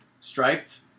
striped